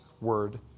word